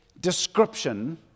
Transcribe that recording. description